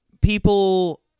people